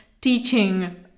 teaching